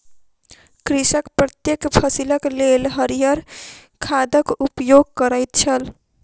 कृषक प्रत्येक फसिलक लेल हरियर खादक उपयोग करैत छल